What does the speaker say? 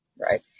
Right